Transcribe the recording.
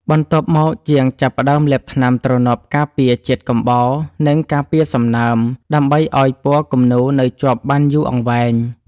បន្ទាប់មក ជាងចាប់ផ្ដើមលាបថ្នាំទ្រនាប់ការពារជាតិកំបោរ និងការពារសំណើម ដើម្បីឱ្យពណ៌គំនូរនៅជាប់បានយូរអង្វែង។